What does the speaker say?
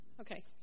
Okay